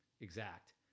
exact